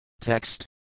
Text